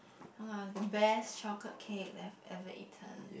I'm like was the best chocolate cake that I've ever eaten